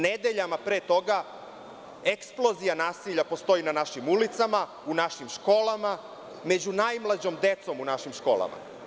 Nedeljama pre toga eksplozija nasilja na našim ulicama postoji, u našim školama, među najmlađom decom u našim školama.